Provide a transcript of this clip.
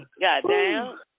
Goddamn